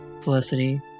Felicity